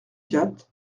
quatre